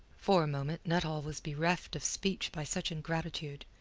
for a moment nuttall was bereft of speech by such ingratitude.